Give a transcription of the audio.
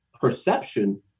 perception